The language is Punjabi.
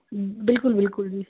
ਬਿਲਕੁਲ ਬਿਲਕੁਲ ਜੀ